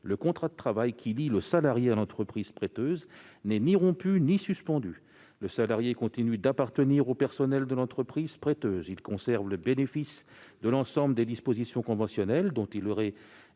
le contrat de travail qui lie le salarié à l'entreprise prêteuse n'est ni rompu ni suspendu. Le salarié continue d'appartenir au personnel de l'entreprise prêteuse ; il conserve le bénéfice de l'ensemble des dispositions conventionnelles dont il aurait